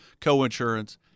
co-insurance